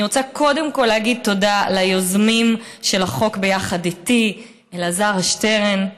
אני רוצה קודם כול להגיד תודה ליוזמים של החוק ביחד איתי: אלעזר שטרן,